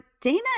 Dana